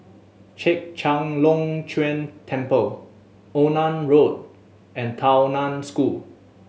Chek Chai Long Chuen Temple Onan Road and Tao Nan School